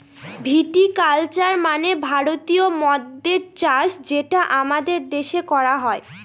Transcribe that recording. ভিটি culture মানে ভারতীয় মদ্যের চাষ যেটা আমাদের দেশে করা হয়